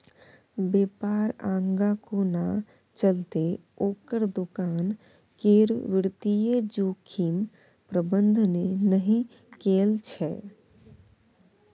बेपार आगाँ कोना चलतै ओकर दोकान केर वित्तीय जोखिम प्रबंधने नहि कएल छै